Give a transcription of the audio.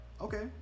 okay